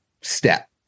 step